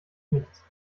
nichts